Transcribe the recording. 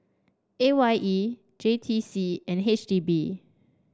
A Y E J T C and H D B